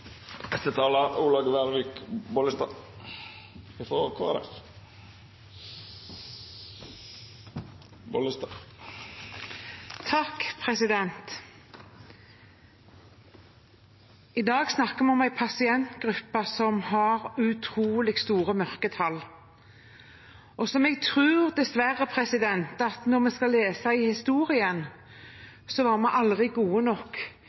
dag snakker vi om en pasientgruppe som har utrolig store mørketall, og jeg tror, dessverre, at når vi skal lese i historien, så var vi aldri gode nok